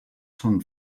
són